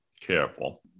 careful